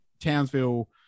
Townsville